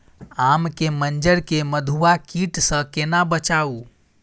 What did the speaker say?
आम के मंजर के मधुआ कीट स केना बचाऊ?